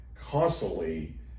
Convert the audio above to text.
constantly